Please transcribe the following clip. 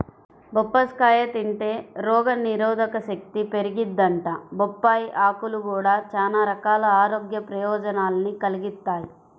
బొప్పాస్కాయ తింటే రోగనిరోధకశక్తి పెరిగిద్దంట, బొప్పాయ్ ఆకులు గూడా చానా రకాల ఆరోగ్య ప్రయోజనాల్ని కలిగిత్తయ్